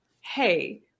Hey